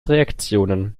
reaktionen